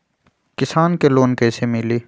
किसान के लोन कैसे मिली?